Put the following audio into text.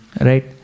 right